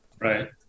Right